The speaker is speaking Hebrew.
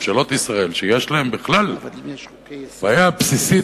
שיש להן בכלל בעיה בסיסית,